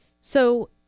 So-